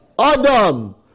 Adam